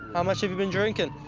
how much have you been drinking?